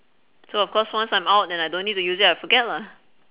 so of course once I am out and I don't need to use it I forget lah